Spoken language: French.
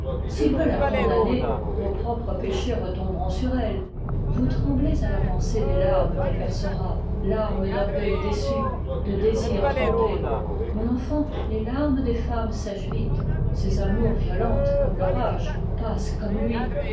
s'il veut la condamner vos propres péchés retomberont sur elle vous tremblez à la pensée des larmes qu'elle versera larmes d'orgueil déçu de désir trompé mon enfant les larmes des femmes sèchent vite ces amours violentes comme l'orage passent comme lui